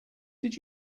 did